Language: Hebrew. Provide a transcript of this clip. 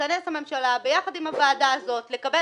תתכנס הממשלה יחד עם הוועדה הזאת לקבל